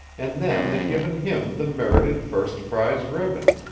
and then had given him the merited first-prize ribbon.